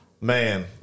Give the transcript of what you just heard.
man